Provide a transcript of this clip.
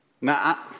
Now